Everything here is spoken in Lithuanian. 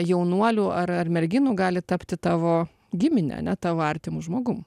jaunuolių ar ar merginų gali tapti tavo gimine ane tavo artimu žmogum